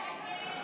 הסתייגות 13